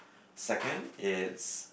second it's